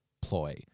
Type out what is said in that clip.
ploy